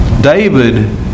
David